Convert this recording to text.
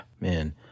man